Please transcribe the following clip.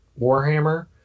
Warhammer